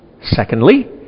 Secondly